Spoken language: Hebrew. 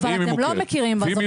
אם היא לא מוכרת,